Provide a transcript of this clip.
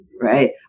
right